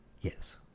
Yes